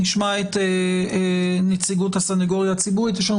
לאחר מכן נשמע את נציגות הסניגוריה הציבורית ויש לנו